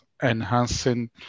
enhancing